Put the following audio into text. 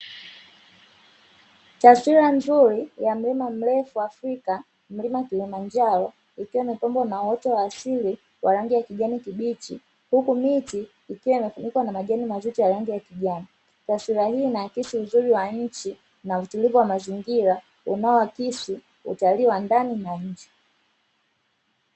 Taswira nzuri ya mlima mrefu afrika mlima Kilimanjaro, ikiwa imepambwa na uoto wa asili wa nyasi ya kijani kibichi huku miti ikiwa imefunikwa na majani mazito ya rangi ya kijani, taswira hii inaakisi uzuri wa nchi na utulivu wa mazingira unaoakisi utalii wa ndani na nje.